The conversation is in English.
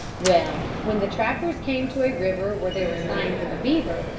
well, when the trappers came to a river where there were signs of beaver,